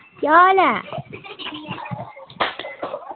केह् हाल ऐ